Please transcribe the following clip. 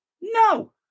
No